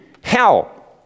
hell